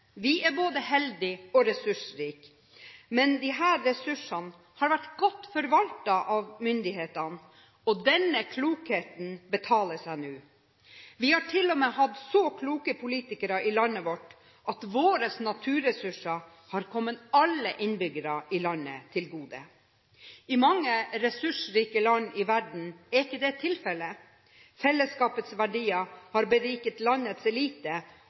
vi er både heldige og ressursrike, men disse ressursene har vært godt forvaltet av myndighetene, og denne klokheten betaler seg nå. Vi har til og med hatt så kloke politikere i landet vårt at våre naturressurser har kommet alle innbyggerne i landet til gode. I mange ressursrike land i verden er ikke det tilfellet. Fellesskapets verdier har beriket landets elite,